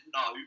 no